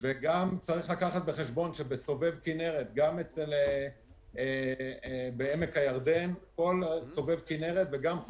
גם לקחת בחשבון שבסובב כינרת גם בעמק הירדן וגם בחוף